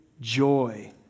joy